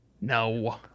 No